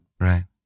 Right